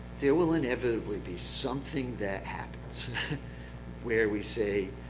there will inevitably be something that happens where we say,